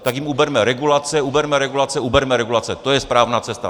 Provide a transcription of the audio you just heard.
Tak jim uberme regulace, uberme regulace, uberme regulace, to je správná cesta.